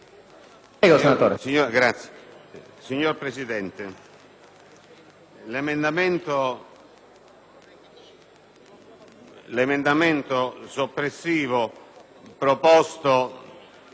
Signor Presidente, l'emendamento soppressivo proposto...